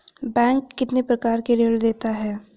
Bank कितने प्रकार के ऋण देता है?